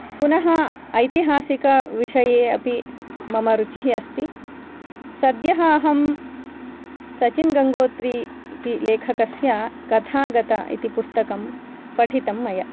पुनः ऐतिहासिकविषये अपि मम रुचिः अस्ति सद्यः अहं सचिन् गङ्गोत्रि इति लेखकस्य कथा गता इति पुस्तकं पठितं मया